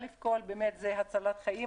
א', באמת זה הצלת חיים.